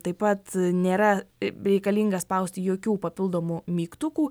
taip pat nėra bereikalinga spausti jokių papildomų mygtukų